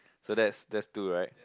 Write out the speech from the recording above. so that's that's two right